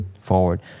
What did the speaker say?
forward